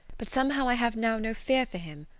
but somehow i have now no fear for him,